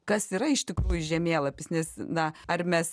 kas yra iš tikrųjų žemėlapis nes na ar mes